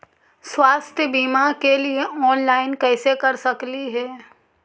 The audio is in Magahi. स्वास्थ्य बीमा के लिए ऑनलाइन कैसे कर सकली ही?